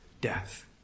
death